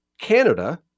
Canada